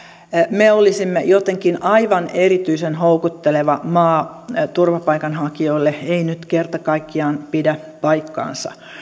me olisimme jotenkin aivan erityisen houkutteleva maa turvapaikanhakijoille ei nyt kerta kaikkiaan pidä paikkaansa